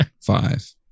five